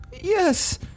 Yes